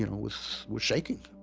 you know, was was shaking